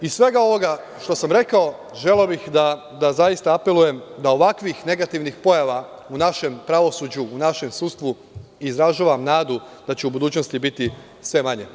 Iz svega ovoga što sam rekao, želeo bih da zaista apelujem da ovakvih negativnih pojava u našem pravosuđu, u našem sudstvu, izražavam nadu, da će u budućnosti biti sve manje.